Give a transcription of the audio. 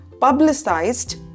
publicized